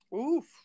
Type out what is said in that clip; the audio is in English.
Oof